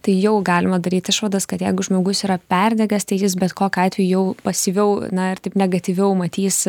tai jau galima daryt išvadas kad jeigu žmogus yra perdegęs tai jis bet kokiu atveju jau pasyviau na ir taip negatyviau matys